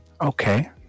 Okay